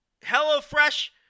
HelloFresh